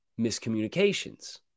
miscommunications